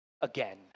again